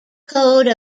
code